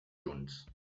junts